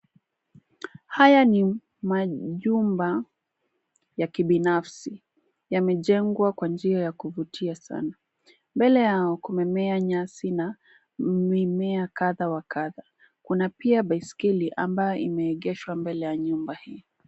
Haya ni majumba ya kibinafsi yamejengwa kwa njia ya kuvutia sana. Mbele yao kumemea nyasi na mimea kadhaa wa kadhaa. Kuna pia baisikeli ambayo imeegeshwa mbele ya nyumba hii.